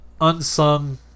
unsung